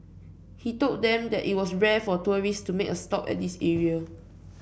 he told them that it was rare for tourists to make a stop at this area